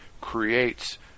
creates